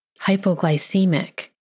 hypoglycemic